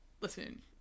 Listen